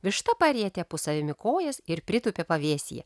višta parietė po savimi kojas ir pritūpė pavėsyje